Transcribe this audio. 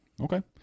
okay